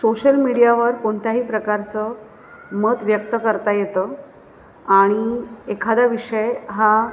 social मीडियावर कोणत्याही प्रकारचं मत व्यक्त करता येतं आणि एखादा विषय हा